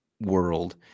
world